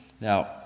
now